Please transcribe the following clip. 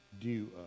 due